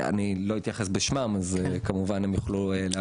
אני לא אתייחס בשמם, הם כמובן יוכלו להרחיב.